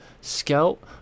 Scout